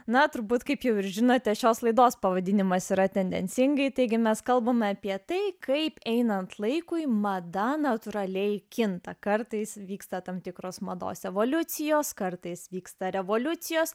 na turbūt kaip jau ir žinote šios laidos pavadinimas yra tendencingai taigi mes kalbame apie tai kaip einant laikui mada natūraliai kinta kartais vyksta tam tikros mados evoliucijos kartais vyksta revoliucijos